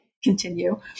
continue